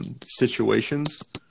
situations